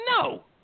no